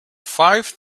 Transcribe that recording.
five